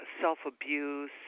self-abuse